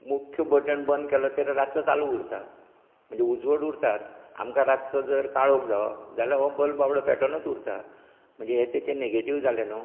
मुख्य बटन बंद केलो तरी रातचो चालू उरता म्हणजे उजवाड उरतातच म्हणजे रातचो जर आमकां काळोख जाय जाल्यार हो बल्ब बाबडो पेटोवनच उरता म्हणजे हे तेचे नेगेटीव जाले न्हू